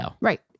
Right